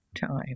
time